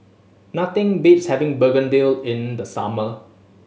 nothing beats having begedil in the summer